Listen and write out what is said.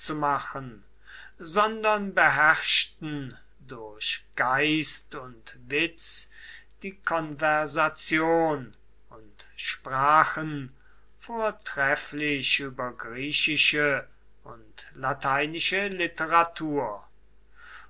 zu machen sondern beherrschten durch geist und witz die konversation und sprachen vortrefflich über griechische und lateinische literatur